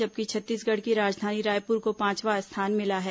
जबकि छत्तीसगढ़ की राजधानी रायपुर को पांचवां स्थान मिला है